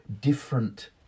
different